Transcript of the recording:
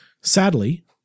Sadly